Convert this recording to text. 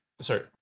sorry